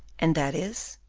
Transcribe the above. and that is?